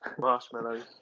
Marshmallows